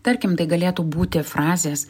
tarkim tai galėtų būti frazės